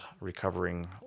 recovering